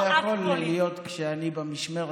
זה לא יכול להיות כשאני במשמרת,